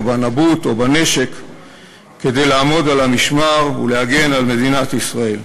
בנבוט או בנשק כדי לעמוד על המשמר ולהגן על מדינת ישראל.